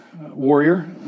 warrior